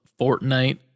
Fortnite